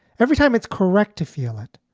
every time it's correct to feel it,